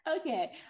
Okay